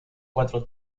cuatro